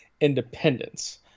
independence